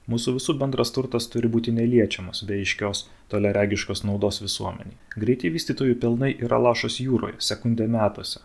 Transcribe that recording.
mūsų visų bendras turtas turi būti neliečiamas be aiškios toliaregiškos naudos visuomenei greiti vystytojų pelnai yra lašas jūroje sekundė metuose